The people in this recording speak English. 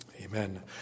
Amen